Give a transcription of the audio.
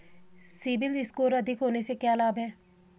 CIBIL score अधिक होने से क्या लाभ हैं?